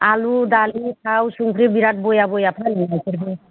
आलु दालि थाव संख्रि बिराद बया बया फानो बिसोरबो